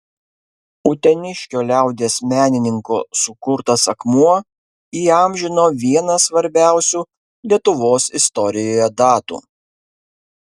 uteniškio liaudies menininko sukurtas akmuo įamžino vieną svarbiausių lietuvos istorijoje datų